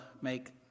make